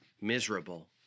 miserable